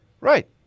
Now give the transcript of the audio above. Right